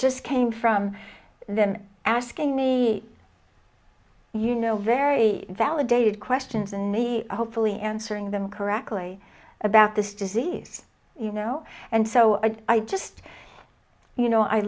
just came from them asking me you know very validated questions and maybe hopefully answering them correctly about this disease you know and so i just you know i